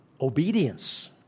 obedience